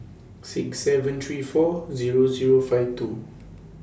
six seven three four Zero Zero five two